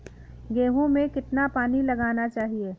गेहूँ में कितना पानी लगाना चाहिए?